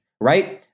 right